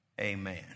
Amen